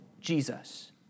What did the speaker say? Jesus